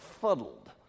fuddled